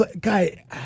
Guy